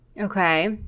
okay